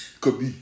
Kobe